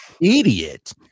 idiot